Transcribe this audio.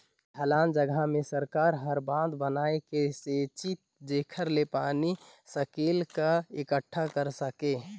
ढलान जघा मे सरकार हर बंधा बनाए के सेचित जेखर ले पानी ल सकेल क एकटठा कर सके